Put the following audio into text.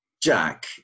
Jack